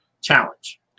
challenge